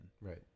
Right